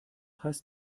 heißt